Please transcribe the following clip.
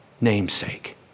namesake